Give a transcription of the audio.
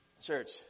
Church